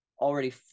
already